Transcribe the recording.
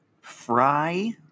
Fry